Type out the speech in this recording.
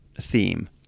theme